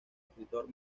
escritor